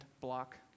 block